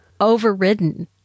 overridden